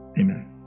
amen